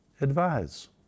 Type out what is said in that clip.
advise